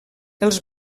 els